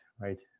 right